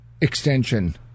Extension